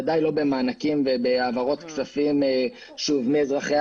ודאי לא במענקים ובהעברות כספים מאזרחי